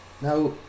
Now